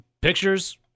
pictures